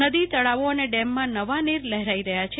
નદી તળાવો અને ડેમમાં નવા નીર લહેરાઈ રહ્યા છે